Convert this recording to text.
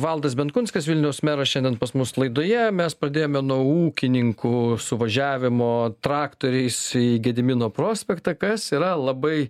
valdas benkunskas vilniaus meras šiandien pas mus laidoje mes pradėjome nuo ūkininkų suvažiavimo traktoriais į gedimino prospektą kas yra labai